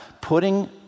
putting